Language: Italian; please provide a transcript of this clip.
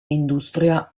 industria